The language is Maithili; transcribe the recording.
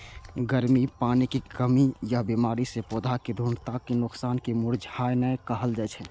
गर्मी, पानिक कमी या बीमारी सं पौधाक दृढ़ताक नोकसान कें मुरझेनाय कहल जाइ छै